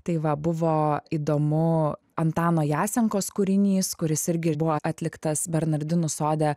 tai va buvo įdomu antano jasenkos kūrinys kuris irgi buvo atliktas bernardinų sode